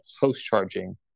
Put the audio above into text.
post-charging